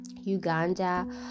Uganda